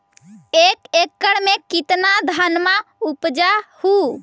एक एकड़ मे कितना धनमा उपजा हू?